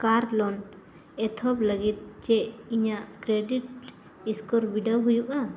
ᱠᱟᱨ loan ᱮᱛᱚᱦᱚᱵ ᱞᱟᱹᱜᱤᱫ ᱪᱮᱫ ᱤᱧᱟᱹᱜ ᱤᱥᱠᱳᱨ ᱵᱤᱰᱟᱹᱣ ᱦᱩᱭᱩᱜᱼᱟ